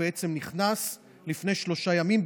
הוא בעצם נכנס לפני שלושה ימים,